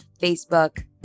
Facebook